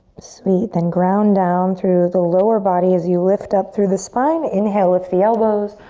sweet. then ground down through the lower body as you lift up through the spine, inhale, lift the elbows,